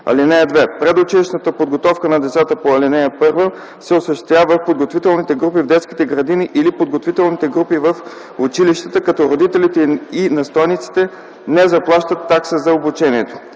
(2) Предучилищната подготовка на децата по ал. 1 се осъществява в подготвителни групи в детските градини или подготвителни групи в училищата, като родителите и настойниците не заплащат такса за обучението.